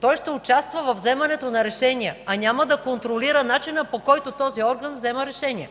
Той ще участва във вземането на решения, а няма да контролира начина, по който този орган взема решения.